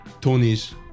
Tony's